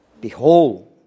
Behold